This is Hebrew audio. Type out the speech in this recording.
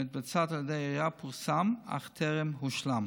המתבצע על ידי העירייה, פורסם אך טרם הושלם.